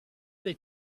they